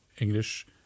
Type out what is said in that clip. english